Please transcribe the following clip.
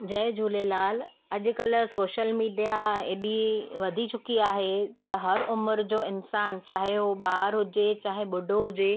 जय झूलेलाल अॼुकल्ह social media एॾी वधी चुकी आहे त हर उमिरि जो इन्सानु चाहे उहो ॿार हुजे चाहे ॿुढो हुजे